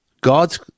God's